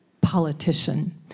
politician